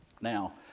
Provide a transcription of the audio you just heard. Now